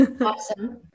Awesome